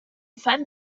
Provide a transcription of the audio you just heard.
fan